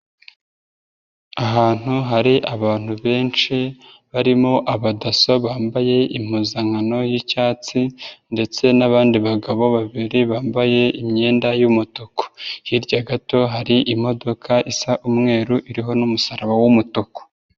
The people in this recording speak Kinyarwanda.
Ahantu hari abantu benshi, barimo abadaso bambaye impuzankano y'icyatsi, ndetse n'abandi bagabo babiri bambaye imyenda y'umutuku. Hirya gato hari imodoka isa umweru iriho n'umusaraba w'umutuku.